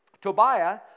Tobiah